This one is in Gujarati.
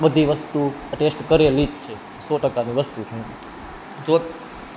બધી વસ્તુ ટેસ્ટ કરેલી જ છે સો ટકાની વસ્તુ છે જો